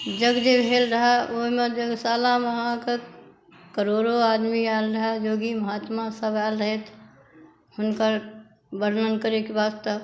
यज्ञ जे भेल रहै ओहिमे यज्ञशालामे अहाँके करोड़ों आदमी आयल रहै योगी महात्मासभ आयल रहैथ हुनकर वर्णन करयके वास्ते